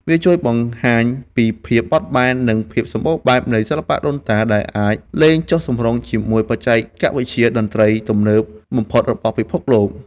វាជួយបង្ហាញពីភាពបត់បែន និងភាពសម្បូរបែបនៃសិល្បៈដូនតា ដែលអាចលេងចុះសម្រុងជាមួយបច្ចេកវិទ្យាតន្ត្រីទំនើបបំផុតរបស់ពិភពលោក។